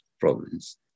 problems